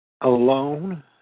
alone